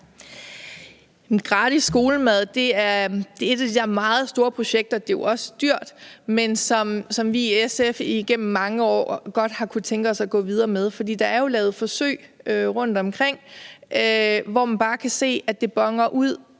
Gratis skolemad er et af de der meget store projekter – det er jo også dyrt – som vi i SF igennem mange år godt har kunnet tænke os at gå videre med, for der er jo lavet forsøg rundtomkring, hvor man bare kan se, at det boner så